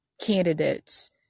candidates